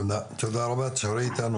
תודה רבה, תישארי איתנו.